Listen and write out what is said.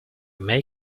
may